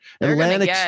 Atlantic